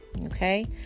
okay